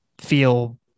feel